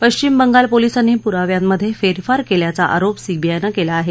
पश्चिम बंगाल पोलिसांनी पुराव्यांमध्ये फेरफार केल्याचा आरोप सीबीआयनं केला आहे